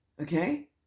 okay